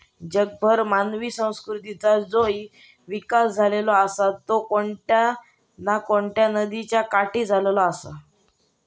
जगभर मानवी संस्कृतीचा जो इकास झालेलो आसा तो कोणत्या ना कोणत्या नदीयेच्या काठी झालेलो आसा